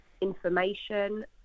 information